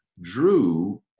Drew